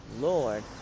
lord